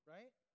Right